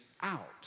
out